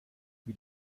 wie